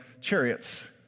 chariots